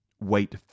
wait